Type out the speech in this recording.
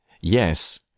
Yes